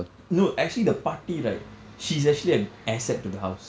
no actually the paatti right she's actually a an asset to the house